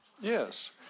Yes